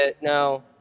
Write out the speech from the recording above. no